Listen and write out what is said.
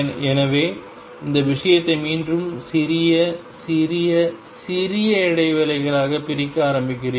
எனவே இந்த விஷயத்தை மீண்டும் சிறிய சிறிய சிறிய இடைவெளிகளாகப் பிரிக்க ஆரம்பிக்கிறீர்கள்